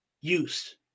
use